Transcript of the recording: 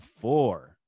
four